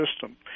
system